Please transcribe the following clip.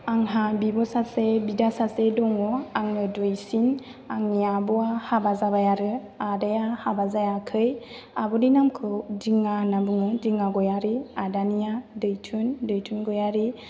आंहा बिब' सासे बिदा सासे दङ आंनो दुइसिन आंनि आब'आ हाबा जाबाय आरो आदाया हाबा जायाखै आब'नि नामखौ दिङा होननानै बुङो दिङा गयारि आदानिया दैथुन दैथुन गयारि